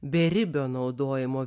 beribio naudojimo